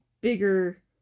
bigger